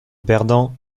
perdant